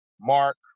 Mark